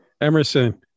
Emerson